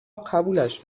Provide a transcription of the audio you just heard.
قبولش